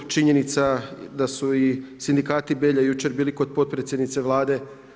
Činjenica da su i sindikati Belja jučer bili kod potpredsjednice Vlade.